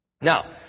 Now